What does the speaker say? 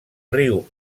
riu